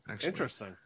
Interesting